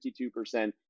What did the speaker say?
52%